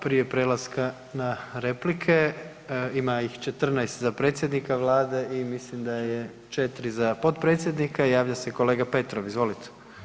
Prije prelaska na replike, ima ih 14 za predsjednika Vlade i mislim da je 4 za potpredsjednika, javlja se kolega Petrov, izvolite.